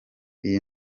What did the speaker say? iyi